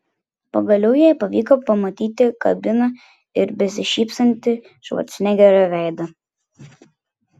pagaliau jai pavyko pamatyti kabiną ir besišypsantį švarcnegerio veidą